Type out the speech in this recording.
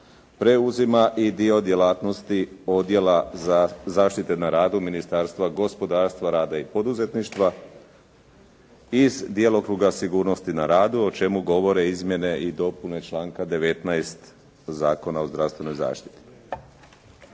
preuzima i dio djelatnosti odjela za zaštite na radu Ministarstva gospodarstva, rada i poduzetništva iz djelokruga sigurnosti na radu o čemu govore izmjene i dopune članka 19. Zakona o zdravstvenoj zaštiti.